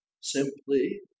simply